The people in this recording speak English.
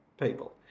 people